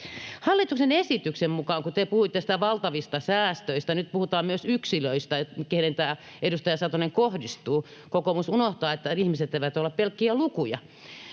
tapauksissa aiemmin. Kun te puhuitte niistä valtavista säästöistä: nyt puhutaan myös yksilöistä, keihin tämä, edustaja Satonen, kohdistuu — kokoomus unohtaa, että ihmiset eivät ole pelkkiä lukuja.